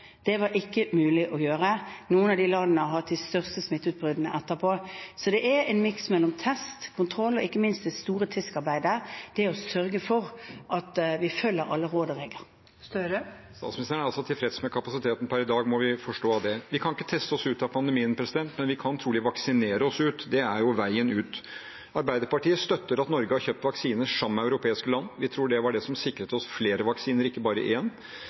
det var ikke mulig å gjøre. Noen av de landene har hatt de største smitteutbruddene etterpå. Så det er en miks mellom test og kontroll, og ikke minst det store TISK-arbeidet, det å sørge for at vi følger alle råd og regler. Jonas Gahr Støre – til oppfølgingsspørsmål. Statsministeren er altså tilfreds med kapasiteten per i dag, må vi forstå av dette. Vi kan ikke teste oss ut av pandemien, men vi kan trolig vaksinere oss ut. Det er jo veien ut. Arbeiderpartiet støtter at Norge har kjøpt vaksiner sammen med europeiske land. Vi tror det var det som sikret oss flere vaksiner og ikke bare